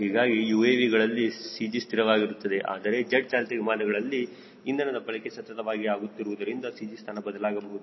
ಹೀಗಾಗಿ UAVಗಳಲ್ಲಿ CG ಸ್ಥಿರವಾಗಿರುತ್ತದೆ ಆದರೆ ಜೆಟ್ ಚಾಲಿತ ವಿಮಾನಗಳಲ್ಲಿ ಇಂಧನದ ಬಳಕೆ ಸತತವಾಗಿ ಆಗುತ್ತಿರುವುದರಿಂದ CG ಸ್ಥಾನ ಬದಲಾಗಬಹುದು